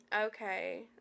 okay